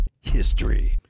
history